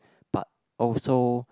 but also